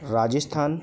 Rajasthan